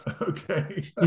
Okay